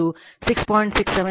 67 ಕೋನ 0 o ampere ಆಗಿದೆ